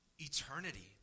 eternity